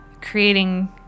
creating